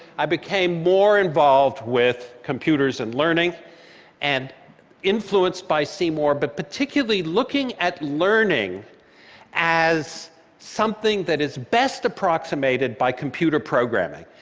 i became more involved with computers and learning and influenced by seymour, but particularly looking at learning as something that is best approximated by computer programming.